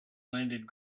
landed